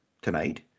tonight